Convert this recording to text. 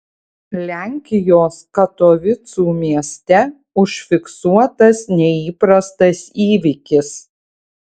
lenkijos katovicų mieste užfiksuotas neįprastas įvykis